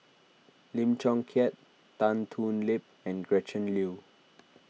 Lim Chong Keat Tan Thoon Lip and Gretchen Liu